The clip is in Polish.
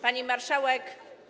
Pani Marszałek!